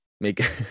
make